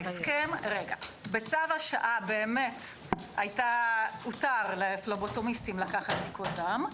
בצו השעה באמת הותר לפבלוטומיסטים לקחת בדיקות דם.